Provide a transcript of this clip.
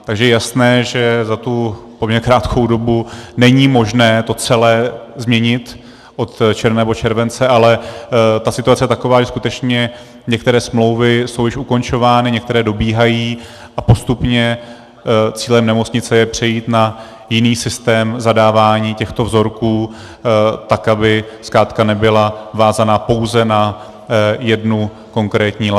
Takže je jasné, že za tu poměrně krátkou dobu není možné to celé změnit od června nebo července, ale situace je taková, že skutečně některé smlouvy jsou již ukončovány, některé dobíhají a postupně cílem nemocnice je přejít na jiný systém zadávání těchto vzorků tak, aby zkrátka nebyla vázaná pouze na jednu konkrétní laboratoř.